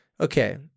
Okay